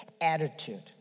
attitude